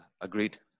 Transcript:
agreed